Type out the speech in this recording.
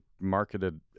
marketed